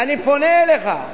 ואני פונה אליך: